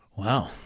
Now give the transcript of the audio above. Wow